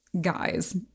guys